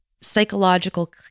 psychological